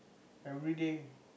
every day